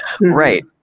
right